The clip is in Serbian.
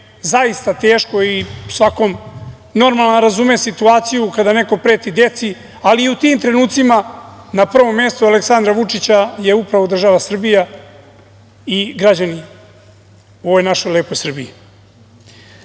zaista teško i svako normalan razume situaciju kada neko preti deci, ali i u tim trenucima na prvom mestu Aleksandra Vučića je upravo država Srbija i građani u ovoj našoj lepoj